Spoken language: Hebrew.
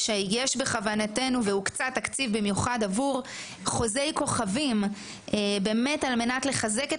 שהוקצה תקציב במיוחד עבור חוזי כוכבים על מנת לחזק את